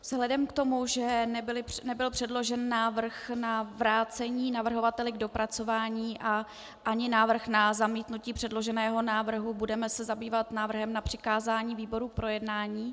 Vzhledem k tomu, že nebyl předložen návrh na vrácení navrhovateli k dopracování ani návrh na zamítnutí předloženého návrhu, budeme se zabývat návrhem na přikázání výboru k projednání.